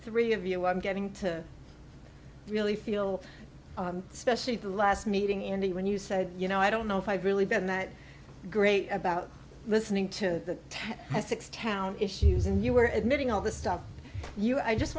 three of you i'm getting to i really feel especially the last meeting in the when you said you know i don't know if i've really been that great about listening to ted has six town issues and you were admitting all this stuff you i just